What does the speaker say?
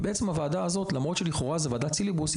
הוועדה הזאת למרות שלכאורה הייתה ועדת סיליבוס,